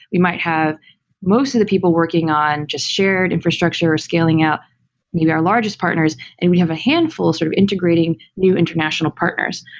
we might have most of the people working on just shared infrastructure, or scaling up our largest partners and we have a handful sort of integrating new international partners.